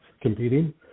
competing